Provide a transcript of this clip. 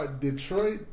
Detroit